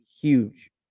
huge